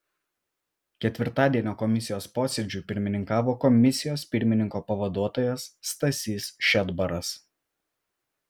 ketvirtadienio komisijos posėdžiui pirmininkavo komisijos pirmininko pavaduotojas stasys šedbaras